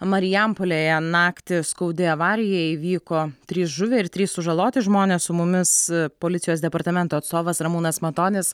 marijampolėje naktį skaudi avarija įvyko trys žuvę ir trys sužaloti žmonės su mumis policijos departamento atstovas ramūnas matonis